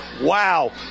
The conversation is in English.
wow